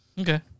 Okay